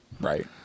right